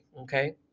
okay